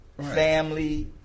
Family